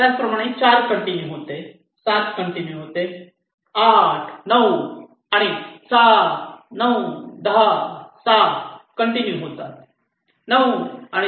त्याचप्रमाणे 4 कंटिन्यू होते 7 कंटिन्यू होते 8 9 आणि 7 9 10 7 कंटिन्यू होतात 9 आणि 10 कंटिन्यू होते